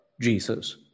Jesus